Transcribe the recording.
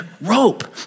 Rope